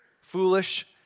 foolish